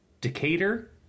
Decatur